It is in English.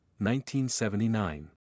1979